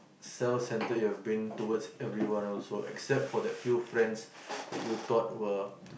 self centered you've been towards everyone also except for that few friends that you thought were